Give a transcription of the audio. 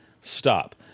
stop